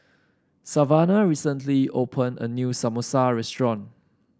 Savanah recently opened a new Samosa restaurant